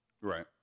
Right